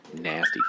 Nasty